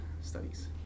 studies